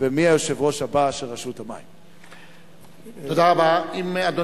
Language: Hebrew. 4. מי היושב-ראש הבא של רשות המים?